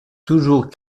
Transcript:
toujours